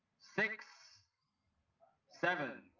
six seven